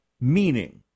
meaning